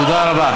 תודה רבה.